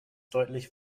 deutlich